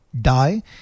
die